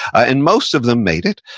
and most of them made it.